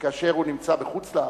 שכאשר הוא נמצא בחוץ-לארץ,